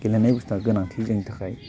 गेलेनाय बुस्तुआ गोनांथि जोंनि थाखाय